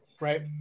right